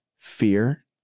Fear